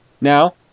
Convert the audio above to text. Now